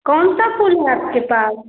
कौनसा फूल है आपके पास